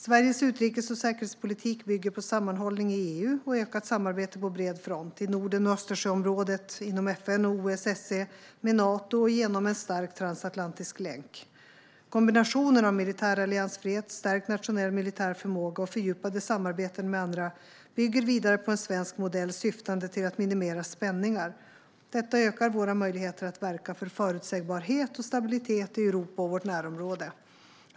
Sveriges utrikes och säkerhetspolitik bygger på sammanhållning i EU och ökat samarbete på bred front: i Norden och Östersjöområdet, inom FN och OSSE, med Nato och genom en stark transatlantisk länk. Kombinationen av militär alliansfrihet, stärkt nationell militär förmåga och fördjupade samarbeten med andra bygger vidare på en svensk modell syftande till att minimera spänningar. Detta ökar våra möjligheter att verka för förutsägbarhet och stabilitet i Europa och i vårt närområde.